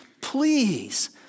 Please